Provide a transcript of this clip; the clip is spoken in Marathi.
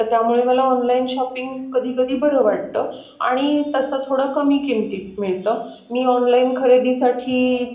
तर त्यामुळे मला ऑनलाईन शॉपिंग कधी कधी बरं वाटतं आणि तसं थोडं कमी किमतीत मिळतं मी ऑनलाईन खरेदीसाठी